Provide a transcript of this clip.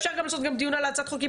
אפשר גם לעשות דיון על הצעת החוק עם